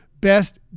Best